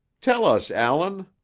tell us, allan,